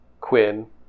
Quinn